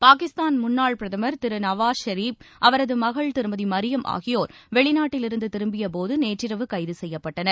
பாகிஸ்தான் முன்னாள் பிரதமர் திரு நவாஸ் ஷெரீப் அவரது மகள் திருமதி மரியம் ஆகியோர் வெளிநாட்டிலிருந்து திரும்பியபோது நேற்றிரவு கைது செய்யப்பட்டனர்